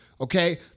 Okay